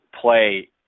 play